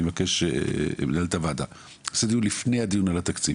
אני מבקש ממנהלת הועדה - נעשה דיון לפני הדיון על התקציב.